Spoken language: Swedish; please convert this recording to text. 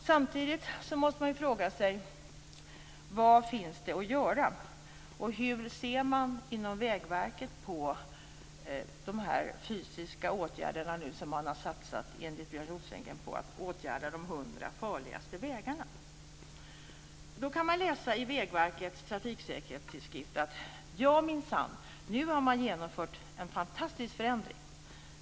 Samtidigt måste man fråga sig vad som finns att göra och hur man inom Vägverket ser på de fysiska åtgärderna. Man har, enligt Björn Rosengren, satsat på att åtgärda de hundra farligaste vägarna. Man kan läsa i Vägverkets trafiksäkerhetstidskrift att man minsann nu har genomfört en fantastisk förändring.